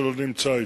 שלא נמצא אתנו,